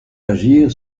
agir